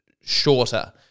shorter